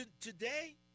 today